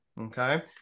Okay